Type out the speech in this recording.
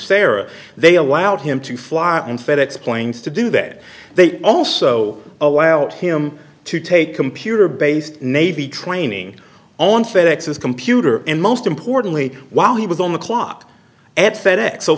usera they allowed him to fly and fedex planes to do that they also allowed him to take computer based navy training on fed ex's computer and most importantly while he was on the clock et